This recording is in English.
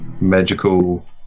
magical